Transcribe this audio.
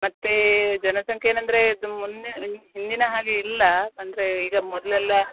ಮತ್ತೇ ಜನಸಂಖ್ಯೆ ಏನಂದರೆ ತುಮ್ ಮೊನ್ನೆ ಹಿಂದಿನ ಹಾಗೆ ಇಲ್ಲ ಅಂದರೆ ಈಗ ಮೊದಲೆಲ್ಲಾ